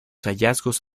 hallazgos